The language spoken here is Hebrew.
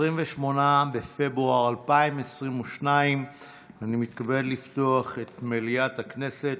28 בפברואר 2022. אני מתכבד לפתוח את מליאת הכנסת.